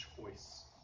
choice